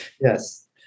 Yes